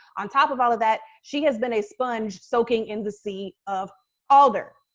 on top of all of that, she has been a sponge soaking in the sea of alder.